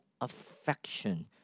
affection